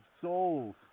souls